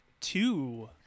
two